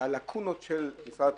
שהלאקונות של משרד התחבורה,